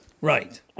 Right